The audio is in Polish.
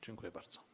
Dziękuję bardzo.